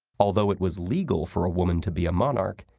although it was legal for a woman to be a monarch,